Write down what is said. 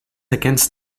against